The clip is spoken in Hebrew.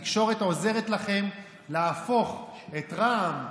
התקשורת עוזרת לכם להפוך את רע"מ,